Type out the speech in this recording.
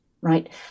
Right